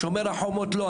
"שומר חומות" לא.